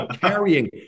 carrying